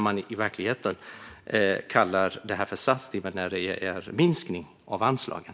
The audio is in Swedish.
Man kallar det en satsning när det i själva verket är en minskning av anslagen.